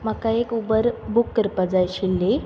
म्हाका एक Uber book करपा जाय आशिल्ली